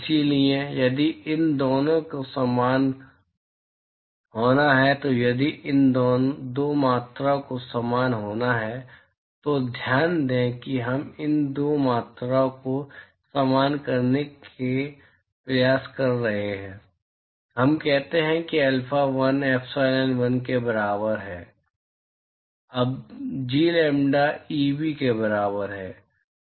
इसलिए यदि इन दोनों को समान होना है तो यदि इन दो मात्राओं को समान होना है तो ध्यान दें कि हम इन दो मात्राओं को समान करने का प्रयास कर रहे हैं हम कहते हैं कि अल्फा 1 ईपीएसलॉन 1 के बराबर है जब जी लैम्ब्डा ईबी के बराबर है